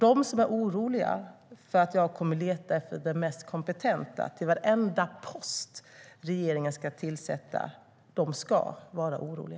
De som är oroliga över att jag kommer att leta efter den mest kompetenta till varenda post som regeringen ska tillsätta ska vara oroliga.